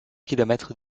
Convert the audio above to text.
kilomètres